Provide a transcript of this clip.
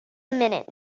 minute